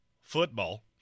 football